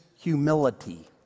humility